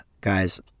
guys